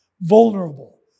vulnerable